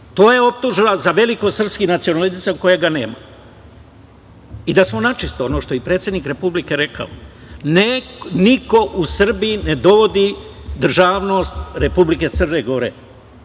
To je optužba za velikosrpski nacionalizam kojeg nema. Da smo načisto, ono što je i predsednik Republike rekao, niko u Srbiji ne dovodi državnost Republike Crne Gore,